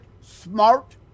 smart